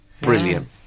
Brilliant